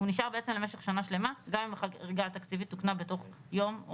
הוא נשאר בעצם למשך שנה שלמה גם אם החריגה התקציבית תוקנה בתוך יום,